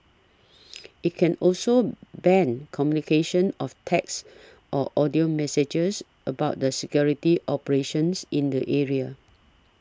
it can also ban communication of text or audio messages about the security operations in the area